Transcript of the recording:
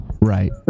Right